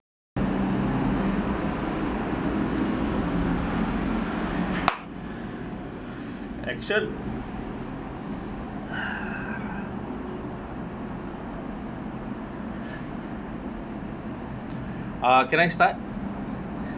action uh can I start